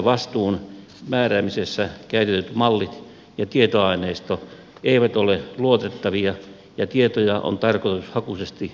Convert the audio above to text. vastuun määräämisessä käytetyt mallit ja tietoaineisto eivät ole luotettavia ja tietoja on tarkoitushakuisesti salattu